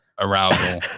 arousal